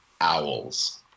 Owls